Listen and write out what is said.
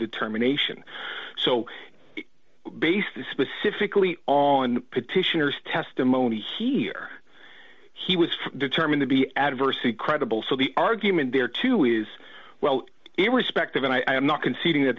determination so based specifically on petitioners testimony here he was determined to be adversely credible so the argument there too is well irrespective and i am not conceding that